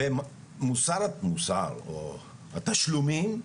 מוסר התשלומים,